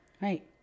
Right